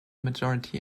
majority